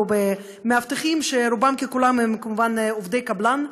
במאבטחים שרובם ככולם הם כמובן עובדי קבלן,